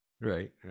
Right